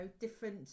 different